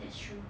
that's true